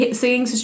singing